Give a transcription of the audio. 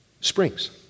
springs